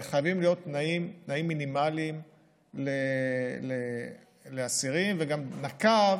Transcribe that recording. חייבים להיות תנאים מינימליים לאסירים וגם נקב